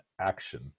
action